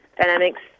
dynamics